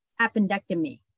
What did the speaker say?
appendectomy